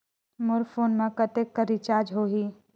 मोर phone मा कतेक कर रिचार्ज हो ही?